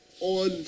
on